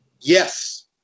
Yes